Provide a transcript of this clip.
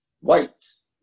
whites